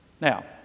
Now